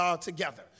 together